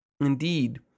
Indeed